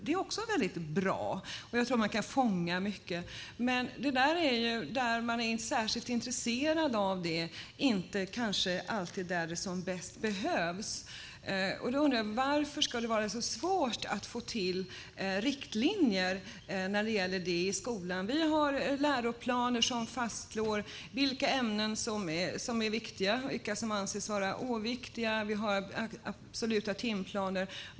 Det är också väldigt bra, och jag tror att man kan fånga upp mycket. Men det kanske inte är de som är särskilt intresserade av detta som behöver det mest. Då undrar jag: Varför ska det vara så svårt att få till riktlinjer när det gäller detta i skolan? Vi har läroplaner som fastslår vilka ämnen som är viktiga och vilka som anses vara oviktiga. Vi har absoluta timplaner.